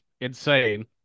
insane